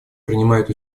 принимает